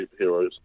superheroes